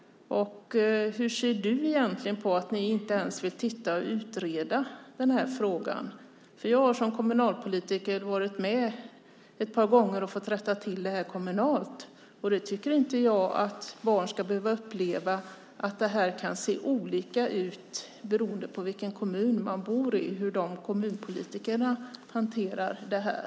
Hur ser du egentligen på att ni inte ens vill utreda den här frågan? Jag har som kommunalpolitiker ett par gånger varit med och fått rätta till det här kommunalt. Jag tycker inte att barn ska behöva uppleva att det här kan se olika ut beroende på vilken kommun man bor i och hur kommunpolitikerna hanterar detta.